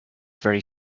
very